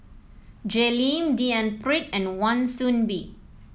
Jay Lim D N Pritt and Wan Soon Bee